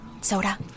Soda